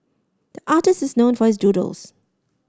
the artist is known for doodles